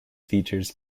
features